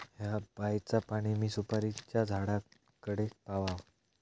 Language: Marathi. हया बायचा पाणी मी सुपारीच्या झाडान कडे कसा पावाव?